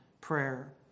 prayer